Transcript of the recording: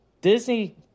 Disney